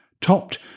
topped